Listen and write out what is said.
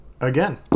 again